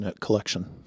collection